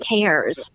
cares